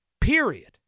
period